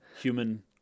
Human